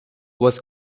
was